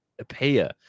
appear